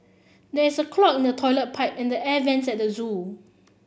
there is a clog in the toilet pipe and the air vents at the zoo